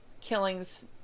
killings